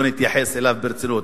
לא נתייחס אליו ברצינות.